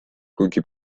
kuigi